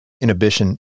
inhibition